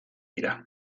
dira